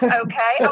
okay